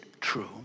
true